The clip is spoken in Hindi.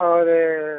और